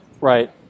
Right